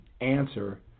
answer